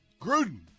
Gruden